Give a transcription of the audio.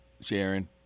Sharon